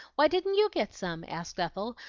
why didn't you get some? asked ethel,